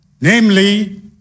Namely